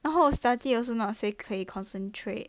然后我 study also not say 可以 concentrate